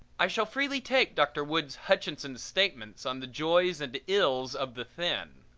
i shall freely take dr. woods hutchinson's statements on the joys and ills of the thin.